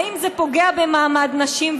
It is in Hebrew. האם זה פוגע במעמד נשים,